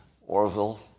Orville